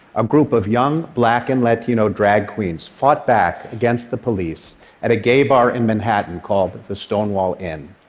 um group of young black and latino drag queens fought back against the police at a gay bar in manhattan called the stonewall inn,